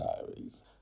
Diaries